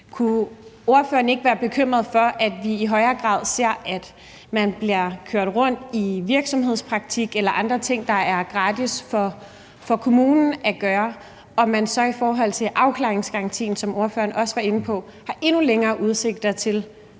Kunne ordføreren ikke være bekymret for, at vi i højere grad ser, at man bliver kørt rundt i virksomhedspraktik eller andre ting, der er gratis for kommunen at gøre, og at man så i forhold til afklaringsgarantien, som ordføreren også var inde på, har endnu længere udsigter til